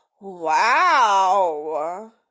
Wow